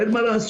אין מה לעשות,